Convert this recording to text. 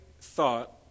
thought